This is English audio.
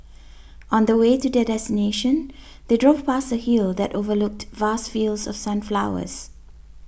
on the way to their destination they drove past a hill that overlooked vast fields of sunflowers